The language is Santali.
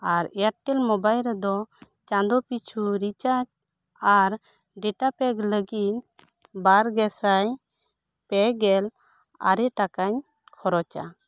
ᱟᱨ ᱮᱭᱟᱨᱴᱮᱞ ᱢᱟᱵᱟᱭᱤᱞ ᱨᱮᱫᱚ ᱪᱟᱸᱫᱳ ᱯᱤᱪᱷᱩ ᱨᱤᱪᱟᱨᱡ ᱟᱨ ᱰᱮᱴᱟ ᱯᱮᱠ ᱞᱟᱹᱜᱤᱫ ᱵᱟᱨ ᱜᱮ ᱥᱟᱭ ᱯᱮ ᱜᱮᱞ ᱟᱨᱮ ᱴᱟᱠᱟᱧ ᱠᱷᱚᱨᱚᱪᱟ